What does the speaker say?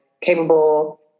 capable